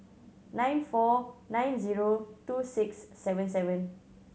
nine four nine zero two six seven seven